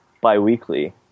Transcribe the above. bi-weekly